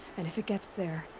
and if it gets there.